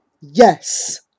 Yes